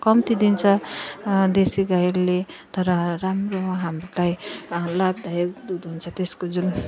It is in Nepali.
कम्ती दिन्छ देसी गाईले तर राम्रो हामीलाई लाभदायक दुध हुन्छ त्यसको जुन